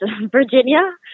Virginia